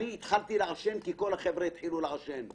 אני מבקש להעלות את זה